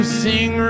sing